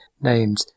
named